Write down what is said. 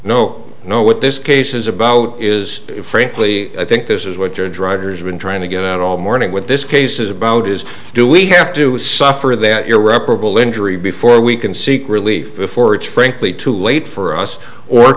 know what this case is about is frankly i think this is what your driver's been trying to get out all morning with this case is about is do we have to suffer that irreparable injury before we can seek relief before it's frankly too late for us or